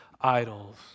idols